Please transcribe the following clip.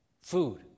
food